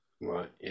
Right